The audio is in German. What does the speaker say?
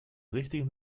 richtigen